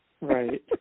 Right